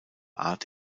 art